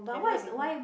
have you heard before